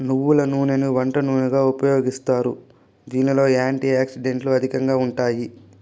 నువ్వుల నూనెని వంట నూనెగా ఉపయోగిస్తారు, దీనిలో యాంటీ ఆక్సిడెంట్లు అధికంగా ఉంటాయి